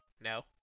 No